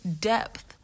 depth